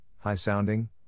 high-sounding